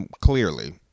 clearly